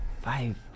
Five